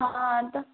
ହଁ ତ